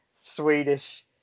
Swedish